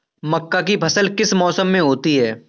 मक्का की फसल किस मौसम में होती है?